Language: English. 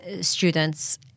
students